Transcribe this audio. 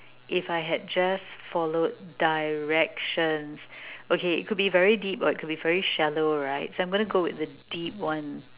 if I had just followed directions okay it could be very deep or it could be very shallow right so I am going with the deep one